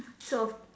so